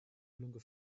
longer